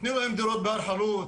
תנו להם דירות בהר חלוץ,